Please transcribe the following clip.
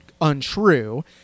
untrue